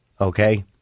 Okay